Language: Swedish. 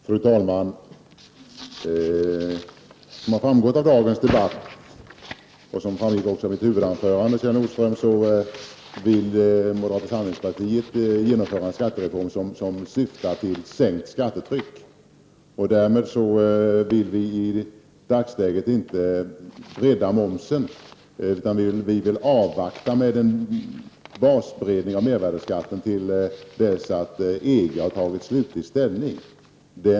Fru talman! Som det har framgått av dagens debatt och av mitt huvudanförande vill moderata samlingspartiet genomföra en skattereform som syftar till att sänka skattetrycket. Därmed vill vi i dagsläget inte bredda momsen. Vi vill avvakta med en basbreddning av mervärdeskatten tills EG har tagit slutlig ställning.